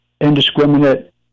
indiscriminate